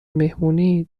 مهمونی